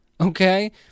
Okay